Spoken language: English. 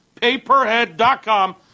Paperhead.com